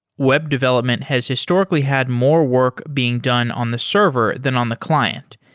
web development has historically had more work being done on the server than on the client.